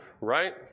Right